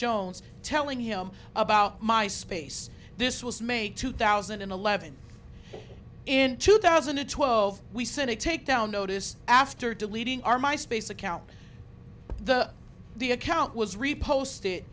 jones telling him about my space this was may two thousand and eleven in two thousand and twelve we sent a takedown notice after deleting our my space account the the account was reposed